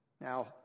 Now